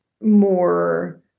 more